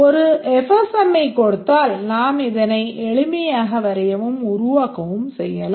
ஒரு FSM ஐக் கொடுத்தால் நாம் இதனை எளிமையாக வரையவும் உருவாக்கவும் செய்யலாம்